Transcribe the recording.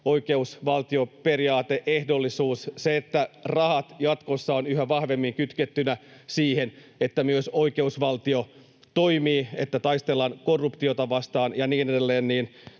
oikeusvaltioperiaate, ehdollisuus, se että rahat jatkossa ovat yhä vahvemmin kytkettynä siihen, että myös oikeusvaltio toimii, että taistellaan korruptiota vastaan ja niin edelleen.